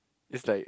is like